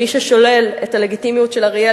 מי ששולל את הלגיטימיות של אריאל,